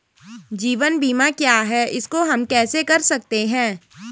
जीवन बीमा क्या है इसको हम कैसे कर सकते हैं?